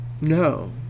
No